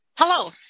Hello